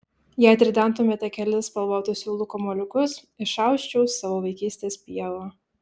jei atridentumėte kelis spalvotų siūlų kamuoliukus išausčiau savo vaikystės pievą